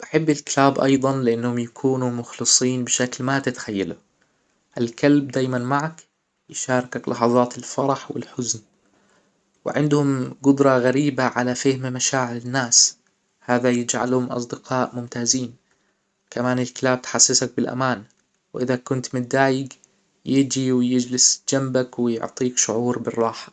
بحب الكلاب أيضا لأنهم يكونوا مخلصين بشكل لا تتخيله الكلب دايما معك يشاركك لحظات الفرح و الحزن وعندهم جدرة غريبة على فهم مشاعر الناس هذا يجعلهم أصدقاء ممتازين كمان الكلاب تحسسك بالأمان وإذا كنت متضايج يجى ويجلس جنبك ويعطيك شعور بالراحه